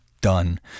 done